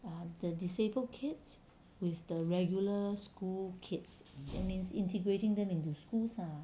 err the disabled kids with the regular school kids and is integrating them into schools lah